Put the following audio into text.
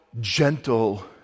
gentle